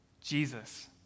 Jesus